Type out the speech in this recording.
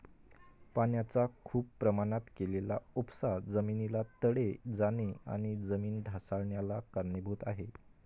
पाण्याचा खूप प्रमाणात केलेला उपसा जमिनीला तडे जाणे आणि जमीन ढासाळन्याला कारणीभूत आहे